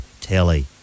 telly